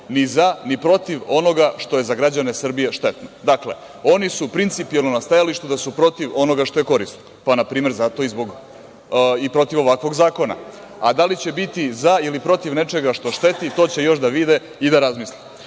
ni za ni protiv onoga što je za građane Srbije štetno. Dakle, oni su principialno na stajalištu da su protiv onoga što je korisno. Na primer, i protiv ovakvog zakona. Da li će biti za ili protiv nečega što šteti to će još da vide i da razmisle. Ono